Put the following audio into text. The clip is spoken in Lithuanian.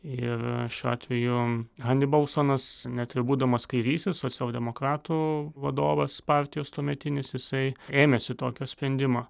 ir šiuo atveju hanibalsonas net ir būdamas kairysis socialdemokratų vadovas partijos tuometinis jisai ėmėsi tokio sprendimo